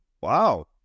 Wow